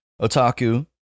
Otaku